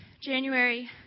January